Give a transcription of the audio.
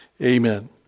Amen